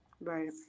Right